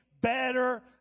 better